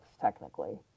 technically